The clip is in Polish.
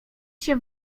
się